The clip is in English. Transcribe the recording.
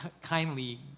kindly